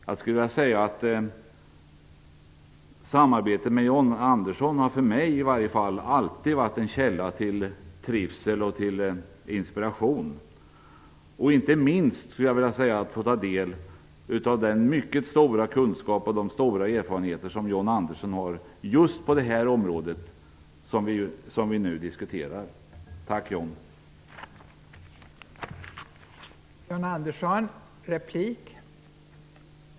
Jag skulle vilja säga att samarbetet med John Andersson i varje fall för mig alltid har varit en källa till trivsel och inspiration. Inte minst gäller det att ha fått ta del av den mycket stora kunskap och de stora erfarenheter som John Andersson har på just det område som vi nu diskuterar.